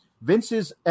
Vince's